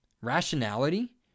Rationality